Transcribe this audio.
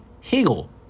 Hegel